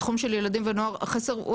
בתחום של ילדים ונוער החסר הוא